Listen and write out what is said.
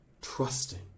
trusting